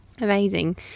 Amazing